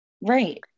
right